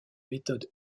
méthode